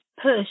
Push